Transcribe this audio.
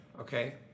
okay